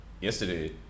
yesterday